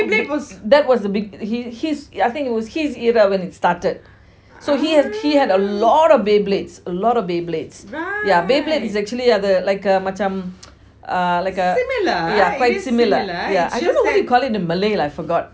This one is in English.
no no because that was the big he his I think his era when it started so he had he had a lot of beyblades a lot of beyblade beyblade is actually a like a macam like a yeah quite similar yeah I don't know what you call it in malay lah I forgot